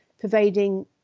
pervading